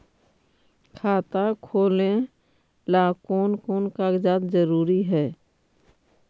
खाता खोलें ला कोन कोन कागजात जरूरी है?